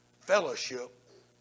fellowship